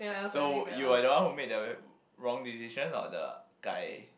so you were the one who made the wrong decisions or the guy